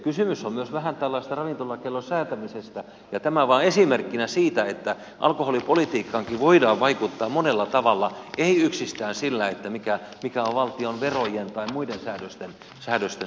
kysymys on myös vähän tällaisesta ravintolakellon säätämisestä ja tämä vain esimerkkinä siitä että alkoholipolitiikkaankin voidaan vaikuttaa monella tavalla ei yksistään sillä mikä on valtion verojen tai muiden säädösten taso